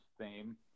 theme